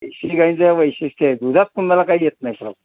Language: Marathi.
देशी गाईंचं वैशिष्ट्य आहे दूधात तुम्हाला काय येत नाही प्रॉब्लम